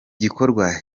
gikorwa